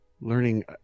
learning